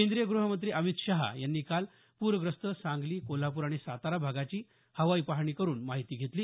केंद्रीय गृहमंत्री अमित शहा यांनी काल पूरग्रस्त सांगली कोल्हापूर आणि सातारा भागाची हवाई पाहणी करून माहिती घेतली